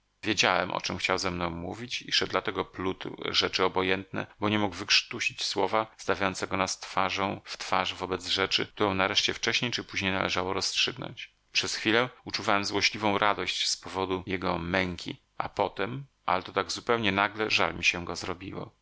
wiedziałem o czem chciał ze mną mówić i że dlatego plótł rzeczy obojętne bo nie mógł wykrztusić słowa stawiającego nas twarzą w twarz wobec rzeczy którą nareszcie wcześniej czy później należało rozstrzygnąć przez chwilę uczuwałem złośliwą radość z powodu jego męki a potem ale to tak zupełnie nagle żal mi się go zrobiło